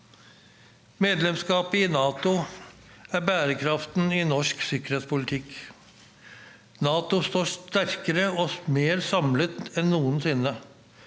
Medlemskapet i NATO er bærebjelken i norsk sikkerhetspolitikk. NATO står sterkere og mer samlet enn noensinne.